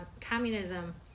communism